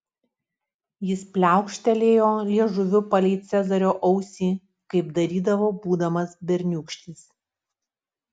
jis pliaukštelėjo liežuviu palei cezario ausį kaip darydavo būdamas berniūkštis